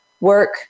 work